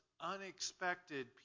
unexpected